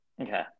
Okay